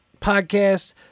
podcast